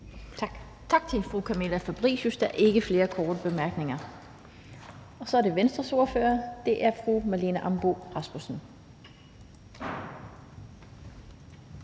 Tak til fru Camilla Fabricius. Der er ikke flere korte bemærkninger. Så er det Venstres ordfører, og det er fru Marlene Ambo-Rasmussen.